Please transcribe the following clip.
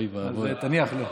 אז תניח לו.